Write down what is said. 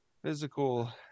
physical